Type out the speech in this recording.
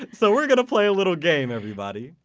so we're going to play a little game, everybody.